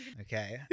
Okay